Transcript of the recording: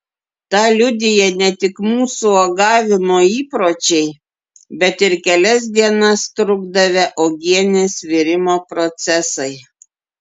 tą liudija ne tik mūsų uogavimo įpročiai bet ir kelias dienas trukdavę uogienės virimo procesai